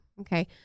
Okay